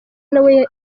nawe